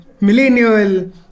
millennial